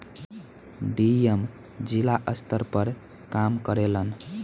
DM जिला स्तर पर काम करेलन